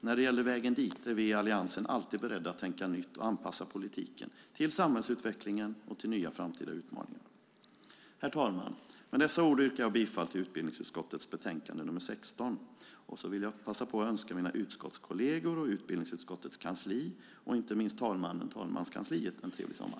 När det gäller vägen dit är vi i Alliansen alltid beredda att tänka nytt och anpassa politiken till samhällsutvecklingen och till nya framtida utmaningar. Herr talman! Med dessa ord yrkar jag bifall till förslaget i utbildningsutskottets betänkande nr 16. Jag önskar mina utskottskolleger, utbildningsutskottets kansli och inte minst talmannen och talmanskansliet en trevlig sommar.